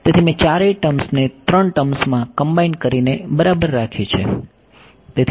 તેથી મેં ચારેય ટર્મ્સને ત્રણ ટર્મ્સમાં કમ્બાઈન કરીને બરાબર રાખી છે